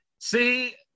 See